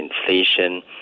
inflation